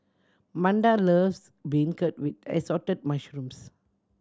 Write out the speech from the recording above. Manda loves beancurd with Assorted Mushrooms